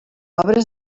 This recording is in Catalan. obres